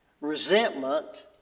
resentment